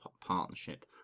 partnership